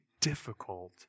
difficult